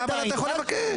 אבל אתה יכו לבקש.